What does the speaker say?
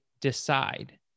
decide